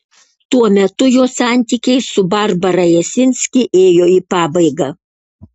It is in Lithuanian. tuo metu jo santykiai su barbara jasinski ėjo į pabaigą